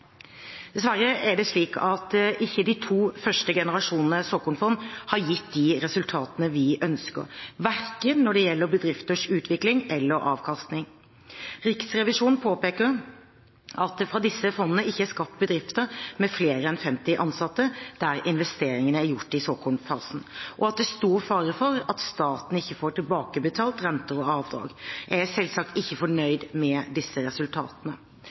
Dessverre har ikke de to første generasjoner såkornfond gitt de resultatene vi ønsker, verken når det gjelder bedriftenes utvikling, eller når det gjelder avkastning. Riksrevisjonen påpeker at det fra disse fondene ikke er skapt bedrifter med flere enn 50 ansatte der investeringene er gjort i såkornfasen, og at det er stor fare for at staten ikke får tilbakebetalt renter og avdrag. Jeg er selvsagt ikke fornøyd med disse resultatene.